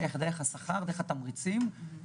אבל הם היו תמריץ בעבר